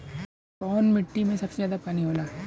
कौन मिट्टी मे सबसे ज्यादा पानी होला?